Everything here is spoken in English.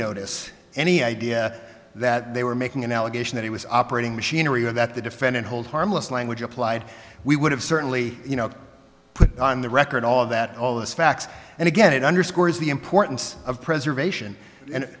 notice any idea that they were making an allegation that he was operating machinery or that the defendant hold harmless language applied we would have certainly put on the record all that all those facts and again it underscores the importance of preservation and